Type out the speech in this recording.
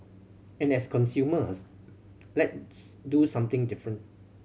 and as consumers let's do something different